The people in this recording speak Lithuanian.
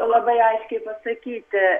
labai aiškiai pasakyti